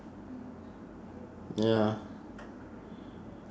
ya